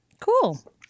Cool